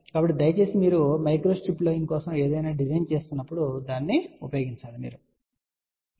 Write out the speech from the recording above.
కాబట్టి దయచేసి మీరు మైక్రోస్ట్రిప్ లైన్ కోసం ఏదైనా డిజైన్ చేస్తున్నప్పుడు దాన్ని ఉపయోగించండి